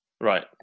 right